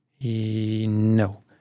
No